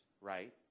right